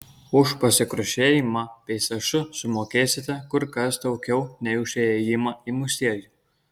už pasigrožėjimą peizažu sumokėsite kur kas daugiau nei už įėjimą į muziejų